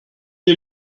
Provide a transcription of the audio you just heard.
est